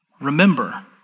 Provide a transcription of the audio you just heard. remember